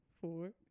four